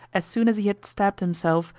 as soon as he had stabbed himself,